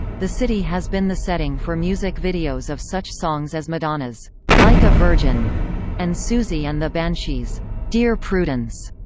the city has been the setting for music videos of such songs as madonna's like a virgin and siouxsie and the banshees' dear prudence.